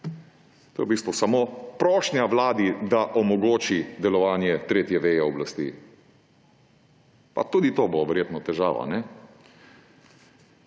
To je v bistvu samo prošnja Vladi, da omogoči delovanje tretje veje oblasti. Pa tudi to bo verjetno težava,